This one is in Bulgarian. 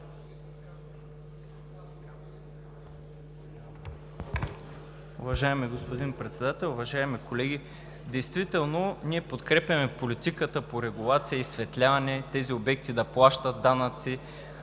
Уважаеми господин Председател, уважаеми колеги! Действително ние подкрепяме политиката по регулация и изсветляване тези обекти да плащат данъци,